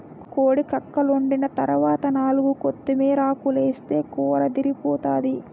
కోడి కక్కలోండిన తరవాత నాలుగు కొత్తిమీరాకులేస్తే కూరదిరిపోతాది